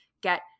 get